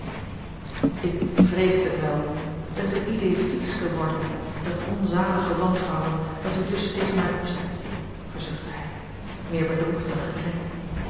ik vreesde het wel t is een idée fixe geworden dat onzalige wantrouwen dat u dus tegen mij opzet verzuchtte hij meer bedroefd dan gekrenkt